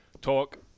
talk